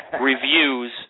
reviews –